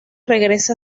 regresa